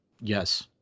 Yes